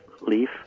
leaf